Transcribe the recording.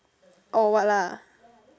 orh what lah